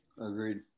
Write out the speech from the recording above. Agreed